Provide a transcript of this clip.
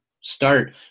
start